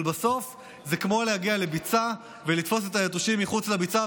אבל בסוף זה כמו להגיע לביצה ולתפוס את היתושים מחוץ לביצה,